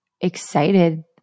excited